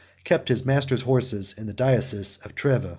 kept his master's horses in the diocese of treves.